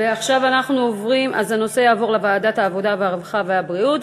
הנושא יעבור לוועדת העבודה, הרווחה והבריאות.